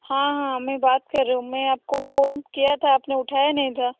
हाँ हाँ मैं बात कर रही हूँ मैं आपको फोन किया था आपने उठाया नहीं था